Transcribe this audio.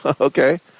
Okay